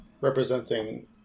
Representing